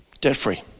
debt-free